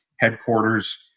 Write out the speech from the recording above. headquarters